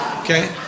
Okay